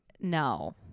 no